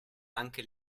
anche